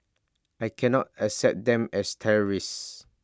I cannot accept them as terrorists